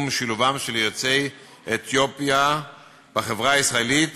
שילובם של יוצאי אתיופיה בחברה הישראלית